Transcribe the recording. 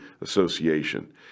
association